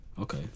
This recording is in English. Okay